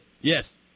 Yes